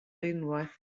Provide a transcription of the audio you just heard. unwaith